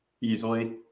easily